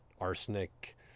arsenic